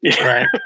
Right